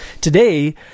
Today